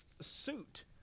suit